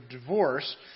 divorce